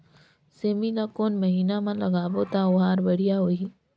सेमी ला कोन महीना मा लगाबो ता ओहार बढ़िया होही?